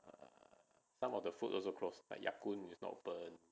some of the food also close but ya kun is not open